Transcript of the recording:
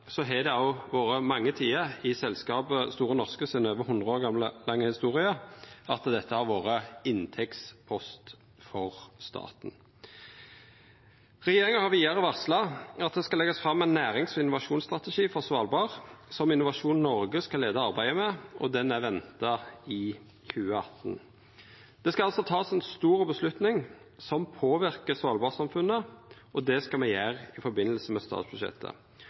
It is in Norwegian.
har det òg vore mange tider i selskapet Store Norskes over hundre år lange historie då dette har vore ein inntektspost for staten. Regjeringa har vidare varsla at det skal leggjast fram ein nærings- og innovasjonsstrategi for Svalbard som Innovasjon Noreg skal leia arbeidet med. Han er venta i 2018. Det skal altså takast ei stor avgjerd som påverkar svalbardsamfunnet, og det skal me gjera i forbindelse med statsbudsjettet.